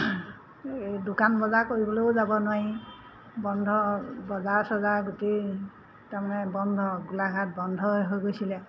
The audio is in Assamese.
এই দোকান বজাৰ কৰিবলৈও যাব নোৱাৰি বন্ধ বজাৰ চজাৰ গোটেই তাৰ মানে বন্ধ গোলাঘাট বন্ধই হৈ গৈছিলে